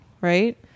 right